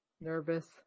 nervous